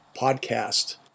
podcast